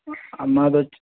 మాదొచ్